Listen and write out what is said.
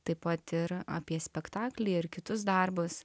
taip pat ir apie spektaklį ir kitus darbus